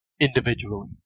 individually